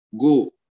Go